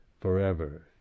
forever